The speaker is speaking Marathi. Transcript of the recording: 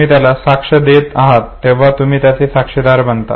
तुम्ही त्याची साक्ष देत आहात तेव्हा तुम्ही त्याचे साक्षीदार बनता